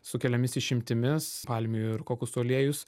su keliomis išimtimis palmių ir kokosų aliejus